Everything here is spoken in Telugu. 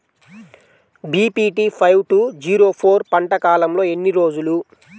BPT five two zero four పంట కాలంలో ఎన్ని రోజులు?